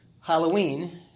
Halloween